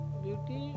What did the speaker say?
beauty